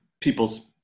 people's